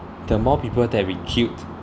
the more people that we killed